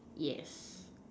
yes